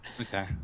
Okay